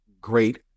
great